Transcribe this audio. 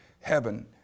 Heaven